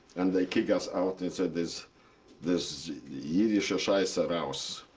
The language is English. and they kick us out. they said, this this yiddish scheiss, ah raus.